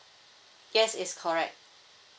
yes is correct